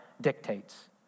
dictates